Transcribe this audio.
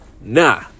Nah